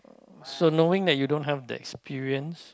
so knowing that you don't have the experience